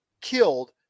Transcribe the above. killed